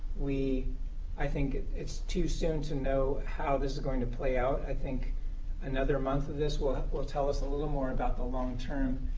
i think it's too soon to know how this is going to play out. i think another month of this will will tell us a little more about the long-term